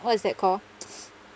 what is that call